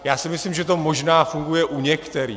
Já si myslím, že to možná funguje u některých.